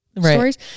stories